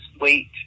Wait